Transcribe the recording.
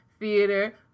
theater